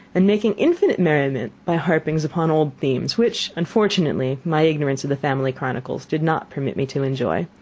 and making infinite merriment by harpings upon old themes which, unfortunately, my ignorance of the family chronicles did not permit me to enjoy.